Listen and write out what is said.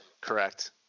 Correct